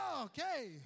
Okay